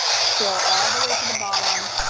scroll all the way to the bottom.